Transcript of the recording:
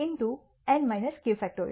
in to n-k